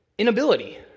Inability